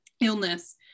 illness